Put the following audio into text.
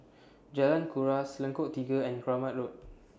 Jalan Kuras Lengkok Tiga and Kramat Road